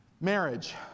Marriage